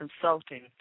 consulting